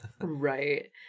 Right